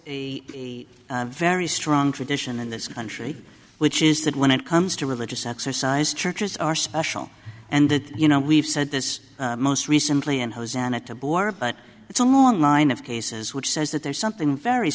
a very strong tradition in this country which is that when it comes to religious exercise churches are special and that you know we've said this most recently in hosanna to burra but it's a long line of cases which says that there's something very